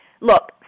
Look